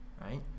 right